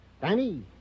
Danny